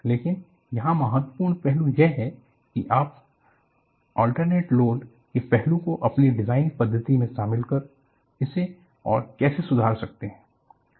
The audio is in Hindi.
लेकिन यहां महत्वपूर्ण पहलू यह है कि आप अल्टर्नेटिग लोड के पहलू को अपनी डिजाइन पद्धति में शामिल कर इसे और कैसे सुधार सकते है